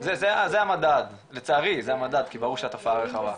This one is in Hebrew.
זה המדד לצערי, זה המדד כי ברור שהתופעה רחבה.